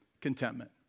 Contentment